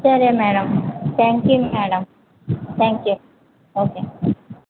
సరే madam thank you madam thank you okay